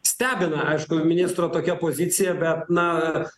stebina aišku ministro tokia pozicija bet na